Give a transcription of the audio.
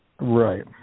Right